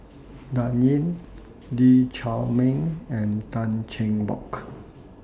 Dan Ying Lee Chiaw Meng and Tan Cheng Bock